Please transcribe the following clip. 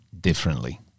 differently